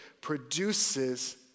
produces